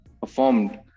performed